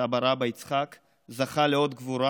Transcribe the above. סבא-רבא יצחק זכה לאות גבורה